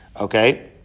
okay